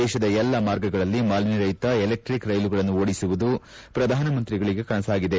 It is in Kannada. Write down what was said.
ದೇಶದ ಎಲ್ಲ ಮಾರ್ಗಗಳಲ್ಲಿ ಮಾಲಿನ್ನರಹಿತ ಎಲೆಕ್ಷಿಕ್ ರೈಲುಗಳನ್ನು ಓಡಿಸುವುದು ಶ್ರಧಾನಮಂತ್ರಿಗಳ ಕನಸಾಗಿದೆ